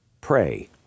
pray